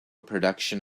production